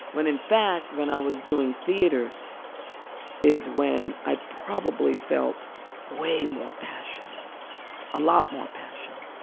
when, in fact when i was doing theater is when i probably felt way more passion a lot more passion